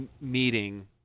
meeting